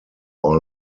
all